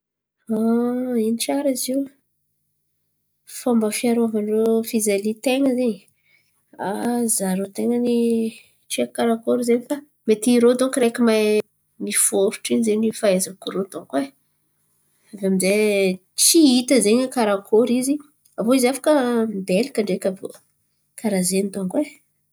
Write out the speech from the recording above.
An, ino tsara zio fomba fiarovan-drô fizalitain̈a zen̈y? Ah za rô tain̈a ny tsy haiko Karakory zen̈y fa mety irô donko raiky mahay miforitry in̈y ze fahaizako rô donko e. Aviô amizay tsy hita ze Karakory izy aviô izy afaka mibelaka ndraiky aviô karà zen̈y donko e.